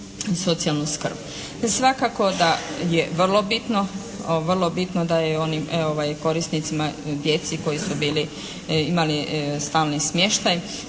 socijalnu skrb. Svakako da je vrlo bitno da i onim korisnicima, djeci koji su imali stalni smještaj